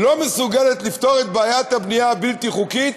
לא מסוגלת לפתור את בעיית הבנייה הבלתי-חוקית,